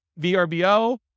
VRBO